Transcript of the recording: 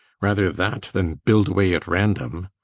rather that, than build away at random.